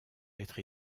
être